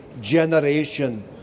generation